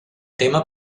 tema